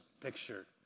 picture